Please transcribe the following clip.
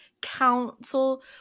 Council